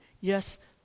yes